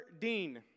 Dean